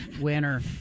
Winner